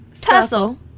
tussle